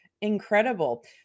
incredible